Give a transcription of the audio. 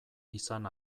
izan